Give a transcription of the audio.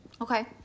Okay